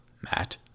Matt